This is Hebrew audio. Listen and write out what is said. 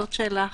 זאת שאלה אחת.